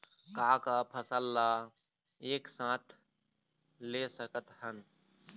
का का फसल ला एक साथ ले सकत हन?